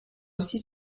aussi